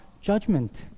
judgment